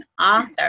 author